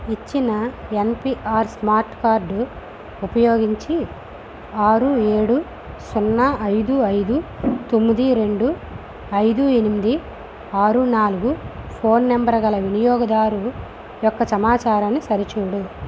ఇచ్చిన NPR smart card ఉపయోగించి ఆరు ఏడు సున్నా ఐదు ఐదు తొమ్మిది రెండు ఐదు ఎనిమిది ఆరు నాలుగు ఫోన్ నంబరు గల వినియోగదారు యొక్క సమాచారాన్ని సరిచూడు